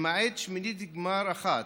למעט שמינית גמר אחת,